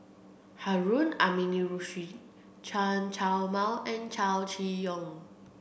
Harun Aminurrashid Chen Chow Mao and Chow Chee Yong